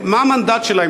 מה המנדט שלהם?